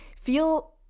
feel